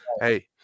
hey